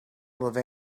levanter